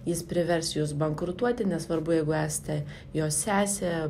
jis privers jus bankrutuoti nesvarbu jeigu esate jo sesė